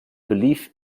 belief